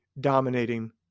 dominating